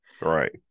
right